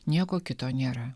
nieko kito nėra